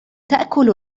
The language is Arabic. تأكل